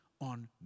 on